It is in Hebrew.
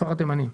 בכפר התימנים.